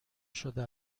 شده